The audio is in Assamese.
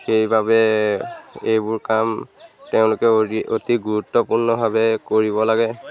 সেইবাবে এইবোৰ কাম তেওঁলোকে অৰি অতি গুৰুত্বপূৰ্ণভাৱে কৰিব লাগে